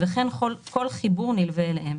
וכן כל חיבור נלווה אליהם,